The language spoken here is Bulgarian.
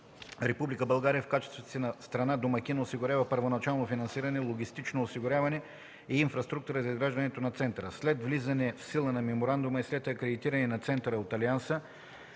България, в качеството си на страна домакин, осигурява първоначално финансиране, логистично осигуряване и инфраструктура за изграждането на центъра. След влизане в сила на меморандума и след акредитиране на центъра от Алианса